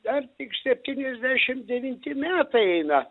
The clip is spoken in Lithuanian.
dar tik septyniasdešim devinti metai eina